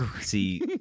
see